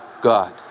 God